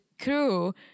crew